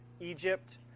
Egypt